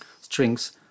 strings